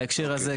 בהקשר הזה,